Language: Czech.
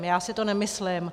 Já si to nemyslím.